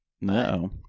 No